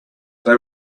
they